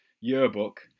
yearbook